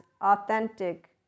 authentic